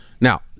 now